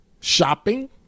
shopping